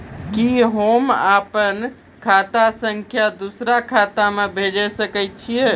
कि होम आप खाता सं दूसर खाता मे भेज सकै छी?